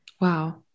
Wow